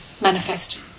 manifest